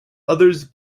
others